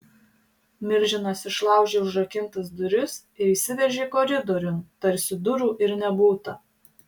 milžinas išlaužė užrakintas duris ir įsiveržė koridoriun tarsi durų ir nebūta